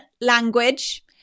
language